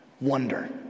Wonder